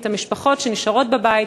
את המשפחות שנשארות בבית,